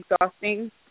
exhausting